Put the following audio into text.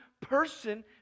person